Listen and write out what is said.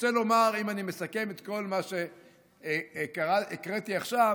רוצה לומר, אם אני מסכם את כל מה שקראתי עכשיו,